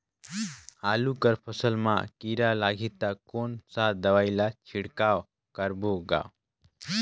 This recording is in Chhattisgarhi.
आलू कर फसल मा कीरा लगही ता कौन सा दवाई ला छिड़काव करबो गा?